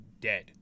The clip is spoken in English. dead